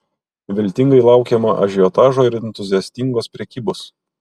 viltingai laukiama ažiotažo ir entuziastingos prekybos